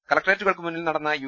കലക്ടറേറ്റുകൾക്ക് മുന്നിൽ നടന്ന യു